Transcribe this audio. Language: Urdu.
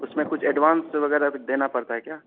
اس میں کچھ ایڈوانس وغیرہ بھی دینا پڑتا ہے کیا